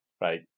right